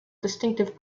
distinctive